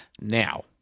now